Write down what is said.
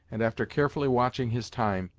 and after carefully watching his time,